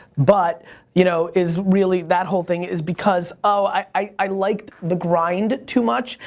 but you know, is really, that whole thing is because, oh, i liked the grind too much,